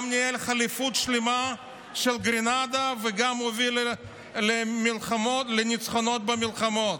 גם ניהל ח'ליפות שלמה של גרנדה וגם הוביל לניצחונות במלחמות.